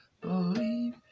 believe